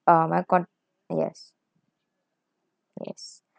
uh my con~ yes yes